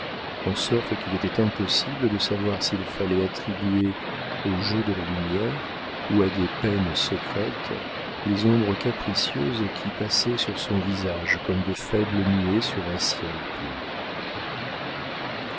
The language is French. en sorte qu'il était impossible de savoir s'il fallait attribuer au jeu de la lumière ou à des peines secrètes les ombres capricieuses qui passaient sur son visage comme de faibles nuées sur un ciel pur